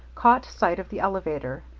caught sight of the elevator,